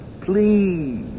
please